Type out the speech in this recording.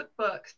cookbooks